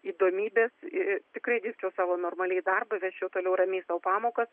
įdomybės ir tikrai dirbčiau savo normaliai darbą vesčiau toliau ramiai sau pamokas